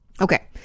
Okay